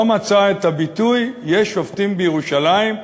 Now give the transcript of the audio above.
לא מצא את הביטוי "יש שופטים בירושלים",